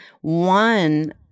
One